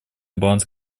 баланс